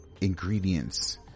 ingredients